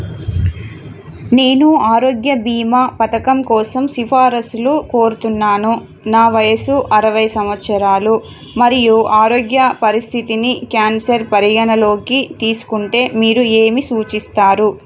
నేను ఆరోగ్య భీమా పథకం కోసం సిఫారసులు కోరుతున్నాను నా వయసు అరవై సంవత్సరాలు మరియు ఆరోగ్య పరిస్థితిని క్యాన్సర్ పరిగణలోకి తీసుకుంటే మీరు ఏమి సూచిస్తారు